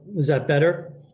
that better?